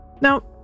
Now